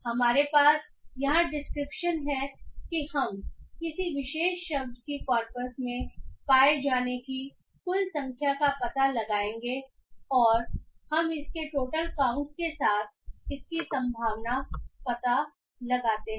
हमारे पास यहाँ डिस्क्रिप्शन है कि हम किसी विशेष शब्द की कॉरपस में पाए जाने की कुल संख्या का पता लगाएंगे और हम इसके टोटल काउंट के साथ इसकी संभावना पता लगाते हैं